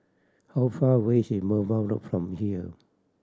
how far away is Merbau Road from here